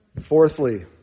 Fourthly